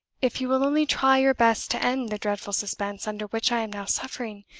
if you will only try your best to end the dreadful suspense under which i am now suffering,